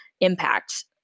impact